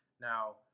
Now